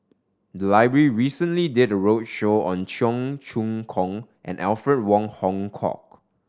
the library recently did a roadshow on Cheong Choong Kong and Alfred Wong Hong Kwok